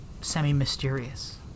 semi-mysterious